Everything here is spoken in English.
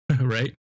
right